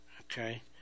okay